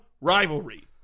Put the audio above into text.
rivalry